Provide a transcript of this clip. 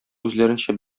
үзләренчә